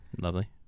Lovely